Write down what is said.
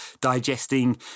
digesting